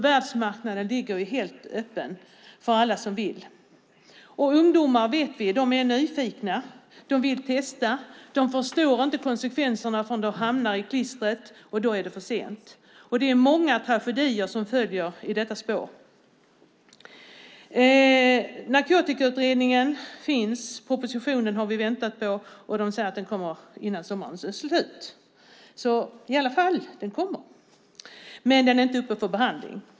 Världsmarknaden ligger helt öppen för alla. Vi vet att ungdomar är nyfikna och vill testa. De förstår inte konsekvenserna av om de hamnar i klistret då det är för sent. Det är många tragedier som följer i detta spår. Narkotikautredningen finns. Vi väntar på propositionen, och det sägs att den kommer till sommaren, men den är inte uppe för behandling.